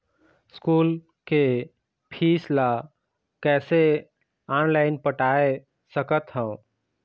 School के fees ला कैसे ऑनलाइन पटाए सकत हव?